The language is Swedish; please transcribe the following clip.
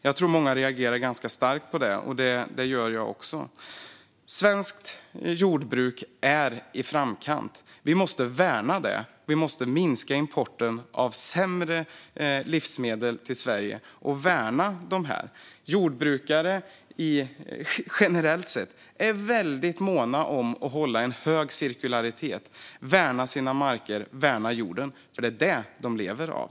Jag tror att många reagerar ganska starkt på detta, och det gör jag också. Svenskt jordbruk ligger i framkant. Vi måste värna det, och vi måste minska importen av sämre livsmedel till Sverige. Jordbrukare är generellt sett väldigt måna om att hålla en hög cirkularitet och värna sina marker och jorden, för det är vad de lever av.